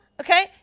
okay